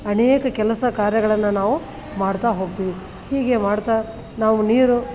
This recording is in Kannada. ಅನೇಕ ಕೆಲಸ ಕಾರ್ಯಗಳನ್ನು ನಾವು ಮಾಡ್ತಾ ಹೋಗ್ತೀವಿ ಹೀಗೆ ಮಾಡ್ತಾ ನಾವು ನೀರು